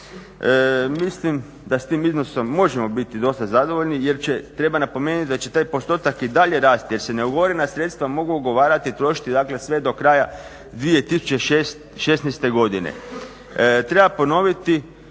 Mislim da s tim iznosom možemo biti dosta zadovoljni jer treba napomenuti da će taj postotak i dalje rasti jer se neugovorena sredstva mogu ugovarati, trošiti dakle sve do kraja 2016.godine. Treba ponoviti